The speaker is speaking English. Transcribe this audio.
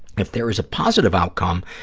if there is a positive outcome,